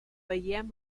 veiem